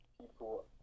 people